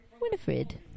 Winifred